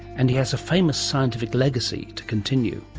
and he has a famous scientific legacy to continue.